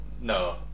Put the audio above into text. No